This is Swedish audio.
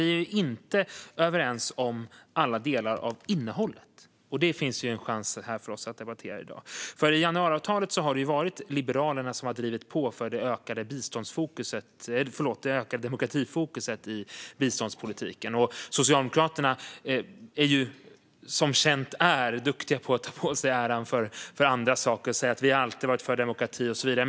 Vi är däremot inte överens om alla delar av innehållet, och det har vi möjlighet att debattera i dag. I januariavtalet har det ju varit Liberalerna som drivit på för det ökade demokratifokuset i biståndspolitiken. Socialdemokraterna är, som känt är, duktiga på att ta åt sig äran för andras saker. De säger att de alltid varit för demokrati och så vidare.